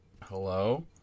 hello